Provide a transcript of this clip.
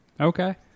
Okay